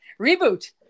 Reboot